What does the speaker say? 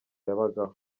yabagaho